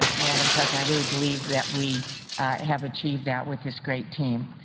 madam president, i really believe that we have achieved that with this great team.